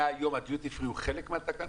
הדיוטי פרי הוא חלק מהתקנה?